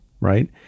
right